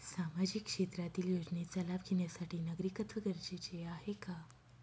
सामाजिक क्षेत्रातील योजनेचा लाभ घेण्यासाठी नागरिकत्व गरजेचे आहे का?